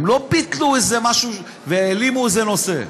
הם לא ביטלו איזה משהו או העלימו איזה נושא,